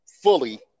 fully